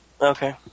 Okay